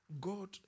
God